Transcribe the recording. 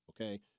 Okay